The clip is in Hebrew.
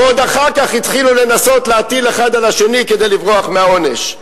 ועוד אחר כך התחילו לנסות להטיל האחד על השני כדי לברוח מהעונש.